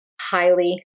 highly